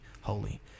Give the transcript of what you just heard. holy